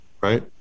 right